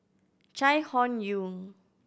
Chai Hon Yoong